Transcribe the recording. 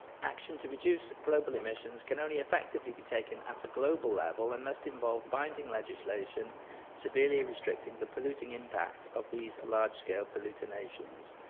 action to reduce global emissions can only effectively be taken at a global level and must involve binding legislation severely restricting the polluting impact of these large-scale polluter nations.